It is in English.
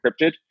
encrypted